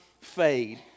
fade